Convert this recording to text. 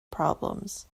problems